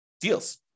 deals